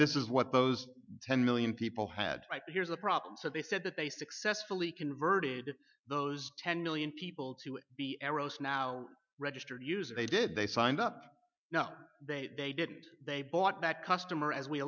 this is what those ten million people had here's the problem so they said that they successfully converted those ten million people to be arrows now registered users they did they signed up now they didn't they bought that customer as we